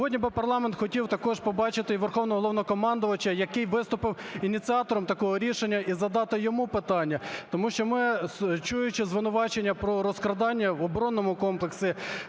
сьогодні парламент хотів також би побачити і Верховного Головнокомандувача, який виступив ініціатором такого рішення, і задати йому питання. Тому що ми, чуючи звинувачення про розкрадання в оборонному комплексі,